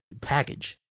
package